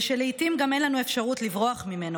ושלעיתים גם אין לנו אפשרות לברוח ממנו,